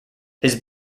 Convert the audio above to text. his